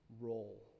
role